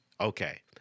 okay